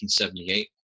1978